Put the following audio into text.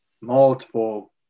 multiple